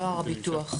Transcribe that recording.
לא הר הביטוח.